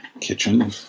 kitchen